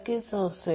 3° मिळेल